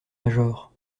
major